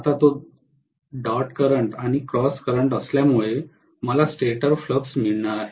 आता तो dot current आणि क्रॉस करंट असल्यामुळे मला स्टेटर फ्लक्स मिळणार आहे